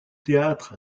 théâtre